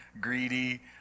greedy